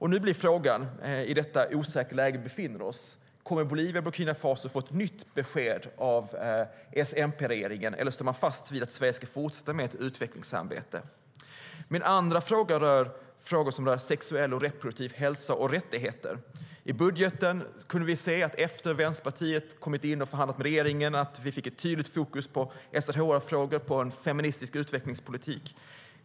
Min andra fråga rör frågor om sexuell och reproduktiv hälsa och rättigheter. I budgeten kunde vi se att efter att Vänsterpartiet hade kommit in och förhandlat med regeringen fick vi ett tydligt fokus på SRHR-frågor och på en feministisk utvecklingspolitik.